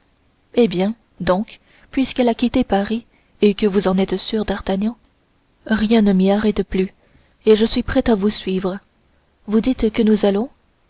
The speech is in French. eh bien donc puisqu'elle a quitté paris et que vous en êtes sûr d'artagnan rien ne m'y arrête plus et je suis prêt à vous suivre vous dites que nous allons